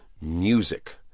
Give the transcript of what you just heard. music